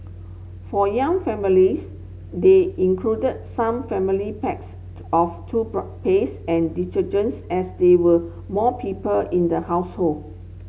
for young families they included some family packs to of paste and detergent as there were more people in the household